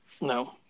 no